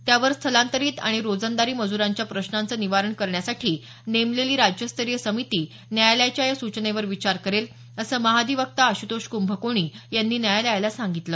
त्यावर स्थलांतरीत आणि रोजंदारी मजुरांच्या प्रश्नांचं निवारण करण्यासाठी नेमलेली राज्यस्तरीय समिती न्यायालयाच्या या सूचनेवर विचार करेल असं महाअधिवक्ता आश्तोष कुंभकोणी यांनी न्यायालयाला सांगितलं